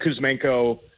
Kuzmenko